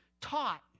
taught